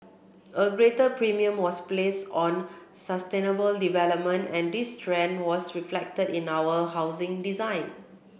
a greater premium was placed on sustainable development and this trend was reflected in our housing design